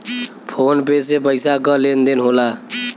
phone पे से पइसा क लेन देन होला